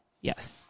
yes